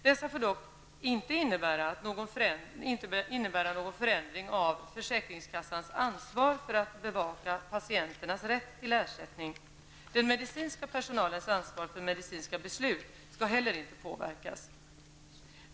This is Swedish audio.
Dessa får dock inte innebära någon förändring av försäkringskassans ansvar för att bevaka patienternas rätt till ersättning. Den medicinska personalens ansvar för medicinska beslut skall heller inte påverkas.